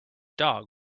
dog